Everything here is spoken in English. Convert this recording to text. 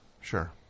Sure